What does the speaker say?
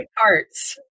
parts